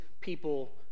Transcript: people